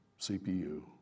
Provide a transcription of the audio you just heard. CPU